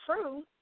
true